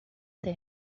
there